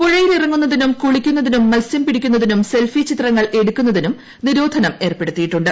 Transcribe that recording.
പുഴയിൽ ഇറങ്ങുന്നതിനും കുളിക്കുസ്ഥതിനും മത്സ്യം പിടിക്കുന്നതിനും സെൽഫി ചിത്രങ്ങൾ എടുക്കുന്നതിനും ്നിരോധനം ഏർപ്പെടുത്തിയിട്ടുണ്ട്